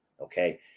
Okay